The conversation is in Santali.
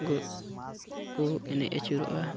ᱠᱚ ᱠᱚ ᱮᱱᱮᱡ ᱟᱹᱪᱩᱨᱚᱜᱼᱟ